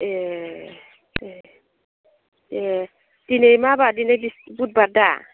ए दे दे दिनै मा बार दिनै बिस बुधबार दा